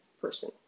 person